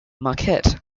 marquette